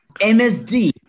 MSD